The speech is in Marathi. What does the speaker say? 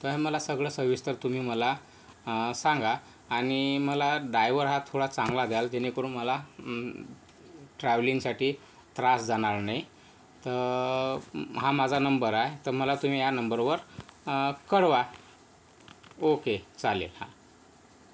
तर मला सगळं सविस्तर तुम्ही मला सांगा आणि मला डायव्हर हा थोडा चांगला द्याल जेणेकरून मला ट्रॅव्हलिंगसाठी त्रास जाणार नाही तर हा माझा नंबर आहे तर मला तुम्ही या नंबरवर कळवा ओके चालेल हां